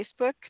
Facebook